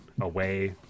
away